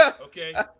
Okay